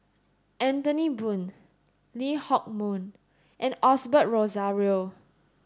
Anthony Poon Lee Hock Moh and Osbert Rozario